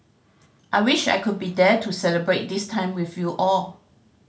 I wish I could be there to celebrate this time with you all